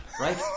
right